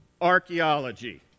archaeology